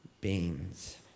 beans